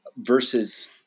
versus